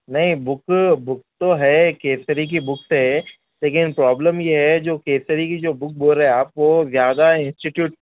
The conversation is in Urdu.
نہیں بک بک تو ہے کیسری کی بک تو ہے لیکن پرابلم یہ ہے جو کیسری کی جو بک بول رہے آپ وہ زیادہ انسٹی ٹیوٹ